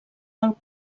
del